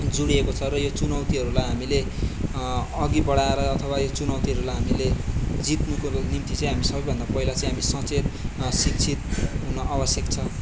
जुडिएको छ र यो चुनौतीहरूलाई हामीले अघि बढाएर अथवा यी चुनौतीहरूलाई हामीले जित्नुको निम्ति चाहिँ हामी सबैभन्दा पहिला चाहिँ हामी सचेत शिक्षित हुन आवश्यक छ